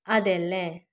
അതേല്ലേ